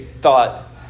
thought